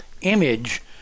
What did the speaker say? image